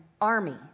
army